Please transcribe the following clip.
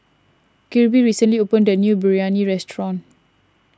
Kirby recently opened a new Biryani restaurant